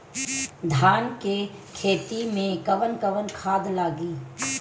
धान के खेती में कवन कवन खाद लागी?